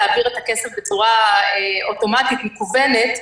להעביר את הכסף בצורה אוטומטית ומקוונת.